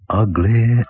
Ugly